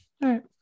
right